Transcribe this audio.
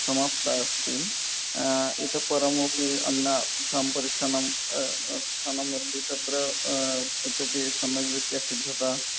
समाप्ता अस्ति इतःपरमपि अन्यासां परीक्षाणां स्थानमस्ति तत्र इतोऽपि सम्यग्रीत्या सिद्धता